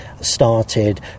started